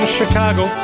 Chicago